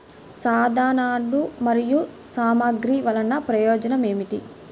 సాధనాలు మరియు సామగ్రి వల్లన ప్రయోజనం ఏమిటీ?